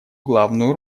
главную